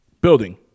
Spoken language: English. building